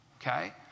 Okay